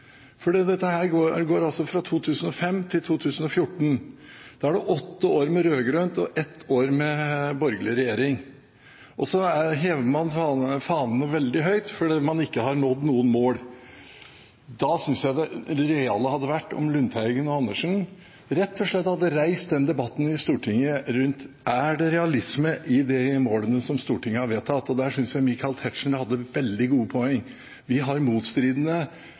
fordi man ikke har nådd noen mål. Da synes jeg det reale hadde vært om Lundteigen og Andersen rett og slett hadde reist en debatt i Stortinget rundt spørsmålet: Er det realisme i de målene som Stortinget har vedtatt? Der synes jeg Michael Tetzschner hadde noen veldig gode poeng. Vi har motstridende